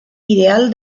ideal